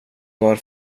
var